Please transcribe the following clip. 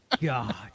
God